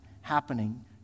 happening